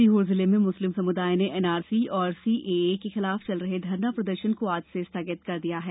सीहोर जिले में मुस्लिम समुदाय ने एनआरसी और सीएए के खिलाफ चल रहे धरना प्रदर्शन को आज से स्थगित कर दिया है